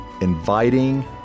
inviting